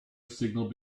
signal